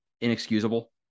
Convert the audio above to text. inexcusable